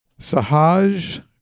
Sahaj